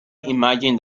imagined